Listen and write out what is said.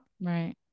Right